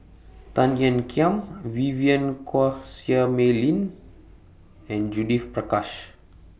Tan Ean Kiam Vivien Quahe Seah Mei Lin and Judith Prakash